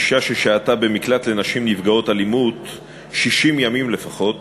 אישה ששהתה במקלט לנשים נפגעות אלימות 60 ימים לפחות